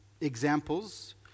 examples